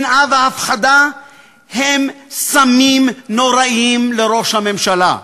שנאה והפחדה הן סמים נוראיים לראש הממשלה.